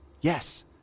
Yes